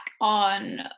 on